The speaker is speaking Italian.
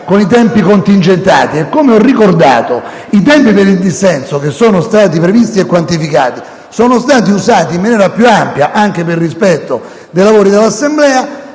con i tempi contingentati e poiché, come ricordato, i tempi per il dissenso, che sono stati previsti e quantificati, sono stati utilizzati in maniera più ampia, anche per rispetto dei lavori dell'Assemblea,